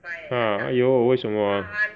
!huh! !aiyo! 为什么 ah